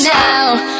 now